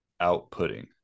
outputting